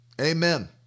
Amen